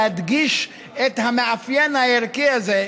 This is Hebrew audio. להדגיש את המאפיין הערכי הזה,